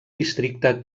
districte